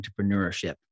entrepreneurship